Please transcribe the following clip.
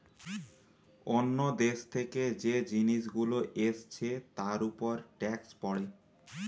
অন্য দেশ থেকে যে জিনিস গুলো এসছে তার উপর ট্যাক্স পড়ে